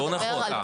לא נכון.